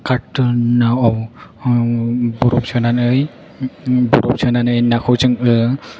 कारटुनाव बर'फ सोनानै बर'फ सोनानै नाखौ जोङो